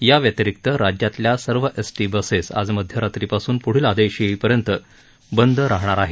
या व्यतिरिक्त राज्यातल्या सर्व एसटी बसेस आज मध्यरात्रीपासून प्ढील आदेश येईपर्यंत बंद राहणार आहेत